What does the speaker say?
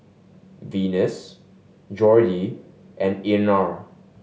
Venus Jordy and Einar